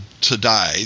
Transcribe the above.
today